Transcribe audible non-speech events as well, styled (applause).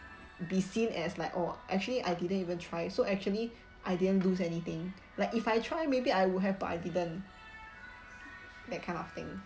be seen as like oh actually I didn't even try so actually I didn't lose anything like if I try maybe I would have but I didn't (noise) that kind of thing